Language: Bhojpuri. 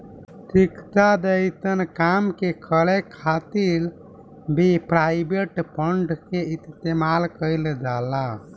शिक्षा जइसन काम के करे खातिर भी प्राइवेट फंड के इस्तेमाल कईल जाला